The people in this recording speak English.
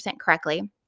correctly